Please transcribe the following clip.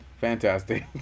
Fantastic